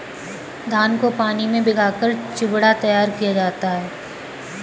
धान को पानी में भिगाकर चिवड़ा तैयार किया जाता है